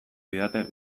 didate